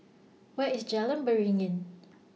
Where IS Jalan Beringin